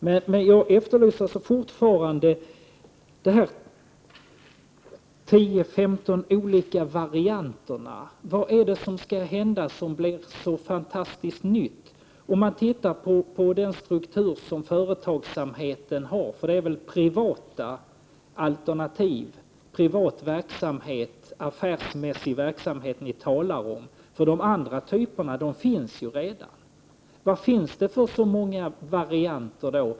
Fortfarande efterlyser jag de 10-15 olika varianterna. Vad är det som skall Prot. 1988/89:96 hända och som blir så fantastiskt nytt? Det är väl privata alternativ och 13 april 1989 affärsmässig verksamhet som ni talar om, för de andra typerna finns ju redan. Vilka varianter finns det då?